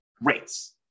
rates